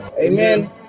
amen